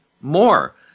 more